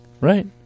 Right